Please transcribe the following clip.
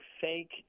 fake